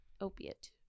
opiate